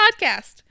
podcast